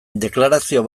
deklarazio